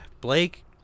Blake